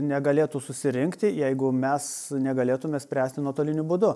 negalėtų susirinkti jeigu mes negalėtume spręsti nuotoliniu būdu